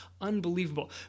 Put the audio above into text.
unbelievable